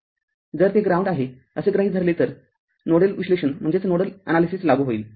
जर ते ग्राउंड आहे असे गृहित धरले तर नोडल विश्लेषण लागू होईल